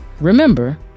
remember